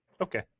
Okay